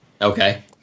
Okay